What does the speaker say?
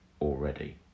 already